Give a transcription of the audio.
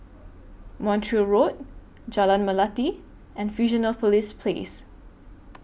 Montreal Road Jalan Melati and Fusionopolis Place